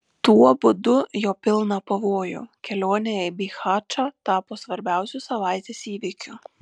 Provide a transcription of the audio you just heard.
tuo būdu jo pilna pavojų kelionė į bihačą tapo svarbiausiu savaitės įvykiu